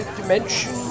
dimension